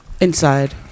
Inside